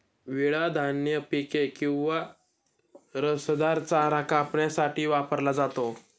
विळा धान्य पिके किंवा रसदार चारा कापण्यासाठी वापरला जातो